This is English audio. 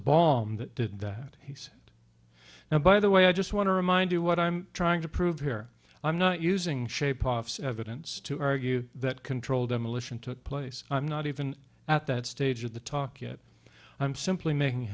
bomb that did that he said now by the way i just want to remind you what i'm trying to prove here i'm not using shape hoff's evidence to argue that controlled demolition took place i'm not even at that stage of the talk yet i'm simply making